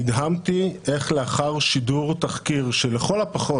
נדהמתי איך לאחר שידור תחקיר שלכל הפחות